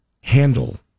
handle